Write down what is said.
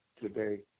today